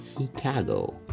Chicago